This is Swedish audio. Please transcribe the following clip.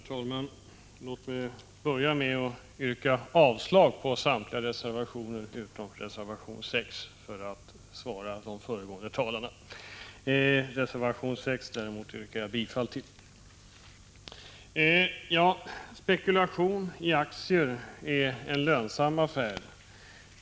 Herr talman! Låt mig börja med att yrka avslag på samtliga reservationer utom reservation 6 — för att svara de föregående talarna. Reservation 6 däremot yrkar jag bifall till. Spekulation i aktier är en lönsam affär.